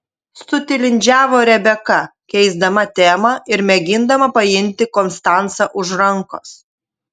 sutilindžiavo rebeka keisdama temą ir mėgindama paimti konstancą už rankos